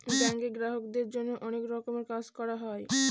ব্যাঙ্কে গ্রাহকদের জন্য অনেক রকমের কাজ করা হয়